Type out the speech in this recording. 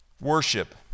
Worship